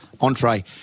entree